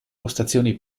postazioni